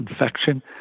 infection